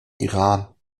iran